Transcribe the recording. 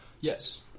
Yes